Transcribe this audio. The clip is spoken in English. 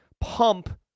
pump